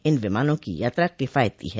इन विमानों की यात्रा किफायती है